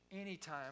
anytime